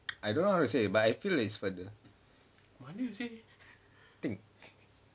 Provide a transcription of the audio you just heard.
I don't know how to say but I feel like it's further